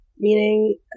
meaning